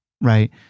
right